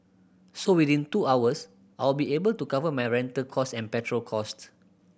so within two hours I'll be able to cover my rental cost and petrol cost